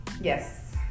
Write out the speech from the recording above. Yes